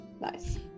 nice